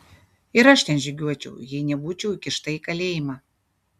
ir aš ten žygiuočiau jei nebūčiau įkišta į kalėjimą